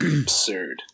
Absurd